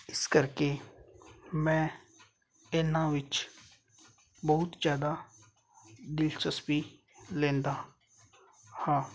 ਇਸ ਕਰਕੇ ਮੈਂ ਇਹਨਾਂ ਵਿੱਚ ਬਹੁਤ ਜ਼ਿਆਦਾ ਦਿਲਚਸਪੀ ਲੈਂਦਾ ਹਾਂ